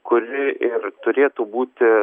kuri ir turėtų būti